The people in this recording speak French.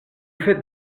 faites